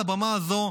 על הבמה הזאת,